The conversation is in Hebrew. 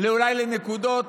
אולי לנקודות